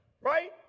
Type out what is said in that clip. right